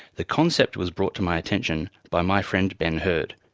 the concept was brought to my attention by my friend ben heard,